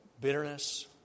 bitterness